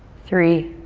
three,